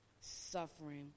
suffering